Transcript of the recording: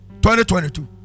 2022